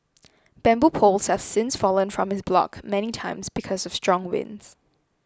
bamboo poles have since fallen from his block many times because of strong winds